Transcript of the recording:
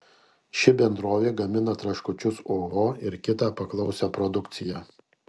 ši bendrovė gamina traškučius oho ir kitą paklausią produkciją